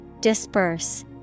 Disperse